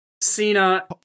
Cena